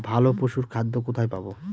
ভালো পশুর খাদ্য কোথায় পাবো?